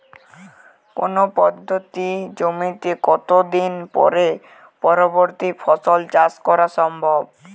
কোনো পতিত জমিতে কত দিন পরে পরবর্তী ফসল চাষ করা সম্ভব?